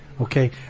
Okay